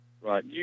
Right